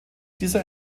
dieser